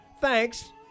Thanks